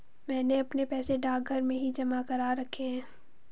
मैंने अपने पैसे डाकघर में ही जमा करा रखे हैं